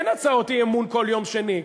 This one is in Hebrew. אין הצעות אי-אמון כל יום שני.